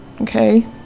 Okay